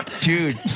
Dude